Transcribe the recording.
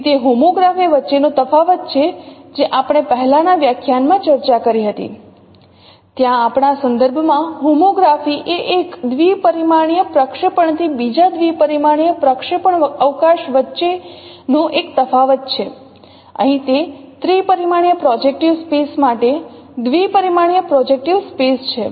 તેથી તે હોમોગ્રાફી વચ્ચેનો તફાવત છે જે આપણે પહેલાના વ્યાખ્યાનમાં ચર્ચા કરી હતી ત્યાં આપણા સંદર્ભમાં હોમોગ્રાફી એ એક દ્વિપરિમાણીય પ્રક્ષેપણથી બીજા દ્વિપરિમાણીય પ્રક્ષેપણ અવકાશ વચ્ચે નો એક તફાવત છે અહીં તે ત્રિપરિમાણીય પ્રોજેક્ટીવ સ્પેસ માટે દ્વિપરિમાણીયપ્રોજેક્ટીવ સ્પેસ છે